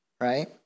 right